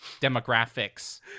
demographics